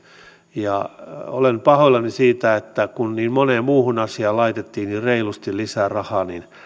olen pahoillani siitä että kun niin moneen muuhun asiaan laitettiin reilusti lisää rahaa niin